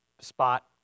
spot